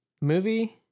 movie